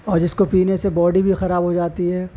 اور جس کو پینے سے باڈی بھی خراب ہو جاتی ہے